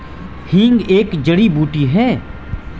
हींग एक जड़ी बूटी है